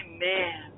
Amen